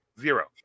Zero